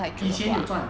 以前有赚